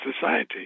society